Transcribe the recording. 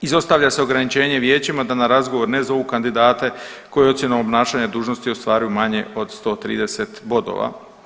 Izostavlja se ograničenje vijećima da na razgovor ne zovu kandidate koji ocjenom obnašanja dužnosti ostvaruju manje od 130 bodova.